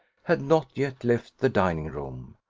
had not yet left the dining-room,